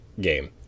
game